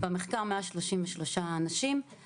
במחקר השתתפו 133 אנשים.